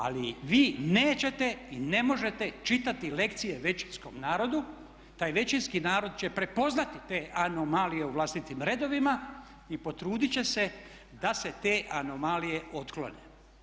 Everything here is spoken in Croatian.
Ali vi nećete i ne možete čitati lekcije većinskom narodu, taj većinski narod će prepoznati te anomalije u vlastitim redovima i potruditi će se da se te anomalije otklone.